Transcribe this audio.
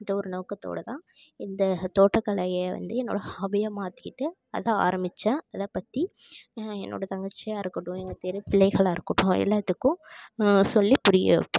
அந்த ஒரு நோக்கத்தோடுதான் இந்த தோட்டக்கலையை வந்து என்னோடய ஹாபியாக மாற்றிக்கிட்டு அதை ஆரம்மிச்சால் அதைப் பற்றி என்னோடய தங்கச்சியாகருக்கட்டும் எங்கள் தெரு பிள்ளைகளாகருக்கட்டும் எல்லாத்துக்கும் சொல்லி புரிய வைப்பேன்